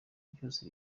byose